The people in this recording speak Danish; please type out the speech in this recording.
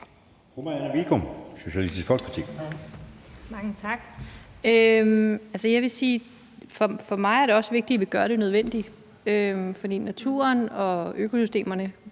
for mig er det også vigtigt, at vi gør det nødvendige. For naturen og økosystemerne